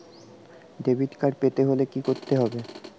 Debit card পেতে হলে কি করতে হবে?